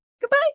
Goodbye